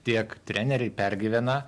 tiek treneriai pergyvena